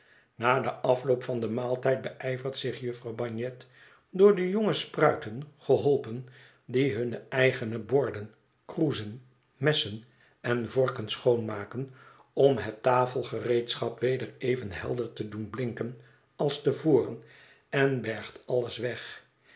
na den afloop van den maaltijd beijvert zich jufvrouw bagnet door de jonge spruiten geholpen die hunne eigene borden kroezen messen en vorken schoonmaken om het tafelgereedschap weder even helder te doen blinken als te voren en bergt alles weg